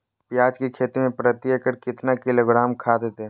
प्याज की खेती में प्रति एकड़ कितना किलोग्राम खाद दे?